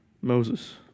Moses